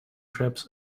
trips